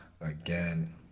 again